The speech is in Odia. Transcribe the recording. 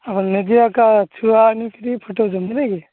ଆଉ ନିଜେ ଏକା ଛୁଆ ଆଣିକି ଫୁଟଉଛନ୍ତି ନାଇଁ କି